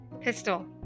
pistol